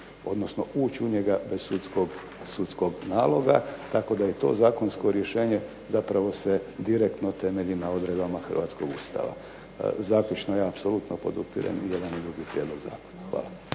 odnosno ući u njega bez sudskog naloga. Tako da je to zakonsko rješenje zapravo se direktno temelji na odredbama Hrvatskog Ustava. Zaključno, ja apsolutno podupirem jedan i drugi prijedlog zakona.